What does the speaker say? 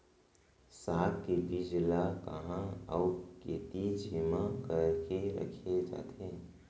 साग के बीज ला कहाँ अऊ केती जेमा करके रखे जाथे?